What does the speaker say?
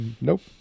nope